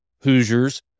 Hoosiers